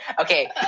okay